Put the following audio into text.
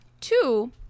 Two